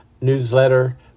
Newsletter